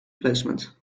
placement